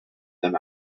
them